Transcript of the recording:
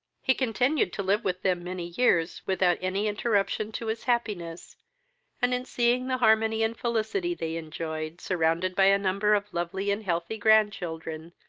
he continued to live with them many years, without any interruption to his happiness and, in seeing the harmony and felicity they enjoyed, surrounded by a number of lovely and healthy grand-children,